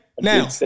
Now